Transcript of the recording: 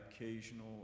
occasional